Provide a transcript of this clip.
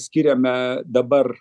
skiriame dabar